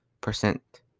percent